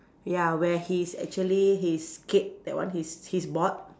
ya where he's actually his skate that one his his board